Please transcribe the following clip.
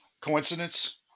Coincidence